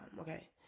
okay